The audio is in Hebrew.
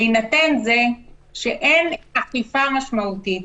בהינתן זה שאין אכיפה משמעותית